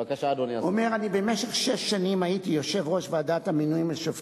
אתה לא בטוח אם הם לא אלה, אדוני השר, בבקשה.